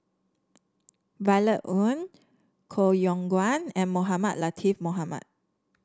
Violet Oon Koh Yong Guan and Mohamed Latiff Mohamed